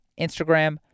Instagram